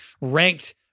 ranked